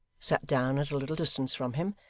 sat down at a little distance from him,